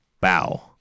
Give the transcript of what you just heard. Bow